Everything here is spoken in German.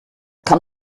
kann